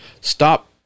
stop